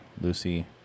lucy